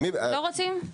לא רוצים?